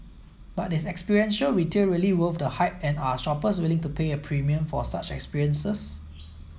but is experiential retail really worth the hype and are shoppers willing to pay a premium for such experiences